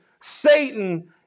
Satan